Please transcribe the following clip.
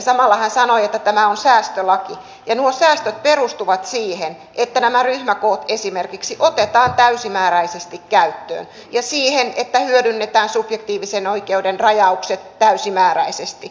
samalla hän sanoi että tämä on säästölaki ja nuo säästöt perustuvat siihen että nämä ryhmäkoot esimerkiksi otetaan täysimääräisesti käyttöön ja siihen että hyödynnetään subjektiivisen oikeuden rajaukset täysimääräisesti